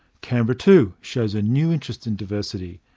canberra too shows a new interest in diversity.